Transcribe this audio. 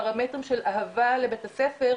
פרמטרים של אהבה לבית הספר,